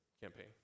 campaign